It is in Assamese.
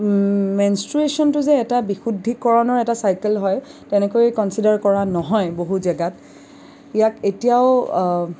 মেন্ছট্ৰুৱেশ্যনটো যে এটা বিশুদ্ধিকৰণৰ এটা চাইকেল হয় তেনেকৈ কন্ছিডাৰ কৰা নহয় বহু জেগাত ইয়াক এতিয়াও